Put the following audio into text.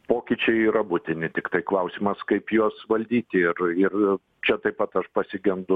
pokyčiai yra būtini tiktai klausimas kaip juos valdyti ir ir čia taip pat aš pasigendu